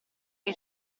che